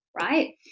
right